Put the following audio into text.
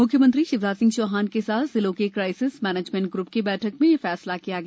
मुख्यमंत्री शिवराज सिंह चौहान के साथ जिलों के क्राइसिस मैनेजमेंट ग्रू की बैठक में यह फैसला लिया गया